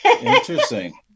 Interesting